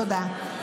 תודה.